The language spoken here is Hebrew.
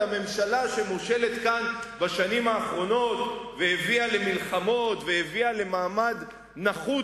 הממשלה שמושלת כאן בשנים האחרונות והביאה למלחמות והביאה למעמד נחות